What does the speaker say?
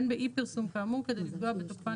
אין באי-פרסום כאמור כדי לפגוע בתוקפן